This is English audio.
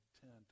tent